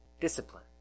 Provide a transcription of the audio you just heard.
discipline